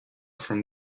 from